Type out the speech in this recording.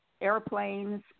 airplanes